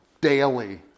daily